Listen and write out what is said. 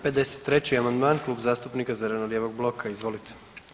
53. amandman Klub zastupnika zeleno-lijevog bloka, izvolite.